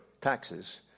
taxes